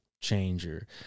Changer